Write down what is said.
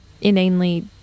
Inanely